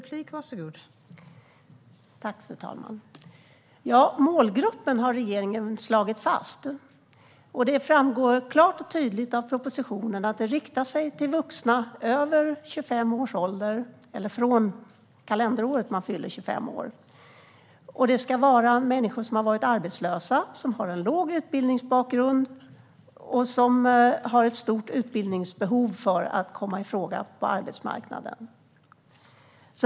Fru talman! Målgruppen har regeringen slagit fast. Det framgår klart och tydligt av propositionen att stödet riktar sig till vuxna över 25 års ålder, eller från det kalenderår de fyller 25. Det ska vara människor som har varit arbetslösa, som har en låg utbildningsbakgrund och som har ett stort utbildningsbehov när det gäller att komma i fråga på arbetsmarknaden.